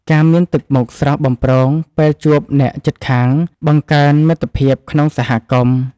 ការមានទឹកមុខស្រស់បំព្រងពេលជួបអ្នកជិតខាង បង្កើនមិត្តភាពក្នុងសហគមន៍។